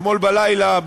אתמול בלילה,